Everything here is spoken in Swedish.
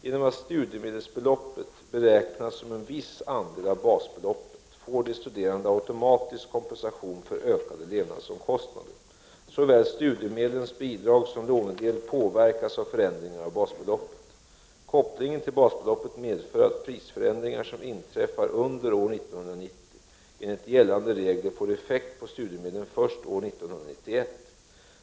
Genom att studiemedelsbeloppet beräknas som en viss andel av basbeloppet får de studerande automatiskt kompensation för ökade levnadsomkostnader. Såväl studiemedlens bidragssom lånedel påverkas av förändringar av basbeloppet. Kopplingen till basbeloppet medför att prisförändringar som inträffar under år 1990, enligt gällande regler, får effekt på studiemedlen först under år 1991.